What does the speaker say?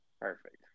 Perfect